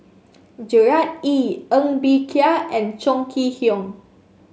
Gerard Ee Ng Bee Kia and Chong Kee Hiong